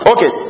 Okay